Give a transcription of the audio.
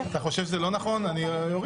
אני אוריד את זה.